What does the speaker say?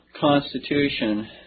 constitution